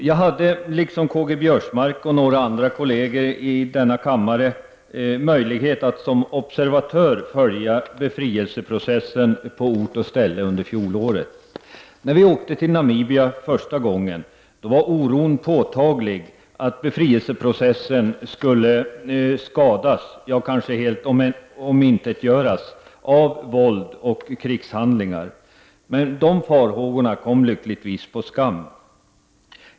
Jag hade liksom Karl Göran Biörsmark och några andra kolleger i denna kammare möjlighet att som observatör följa befrielseprocessen på ort och ställe under fjolåret. När vi åkte till Namibia första gången var oron påtaglig för att befrielseprocessen skulle skadas, ja kanske helt omintetgöras av våld och krigshandlingar. Men de farhågorna kom lyckligtvis på skam.